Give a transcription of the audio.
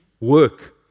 Work